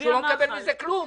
שהוא לא מקבל מזה כלום.